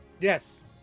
Yes